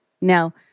Now